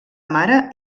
mare